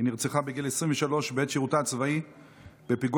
היא נרצחה בגיל 23 בעת שירותה הצבאי בפיגוע